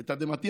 לתדהמתי,